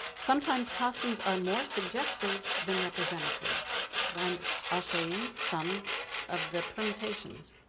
sometimes costumes are more suggestive than representative and i'll show you some of the permutations.